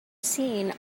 seen